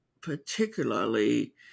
particularly